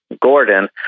Gordon